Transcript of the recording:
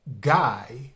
guy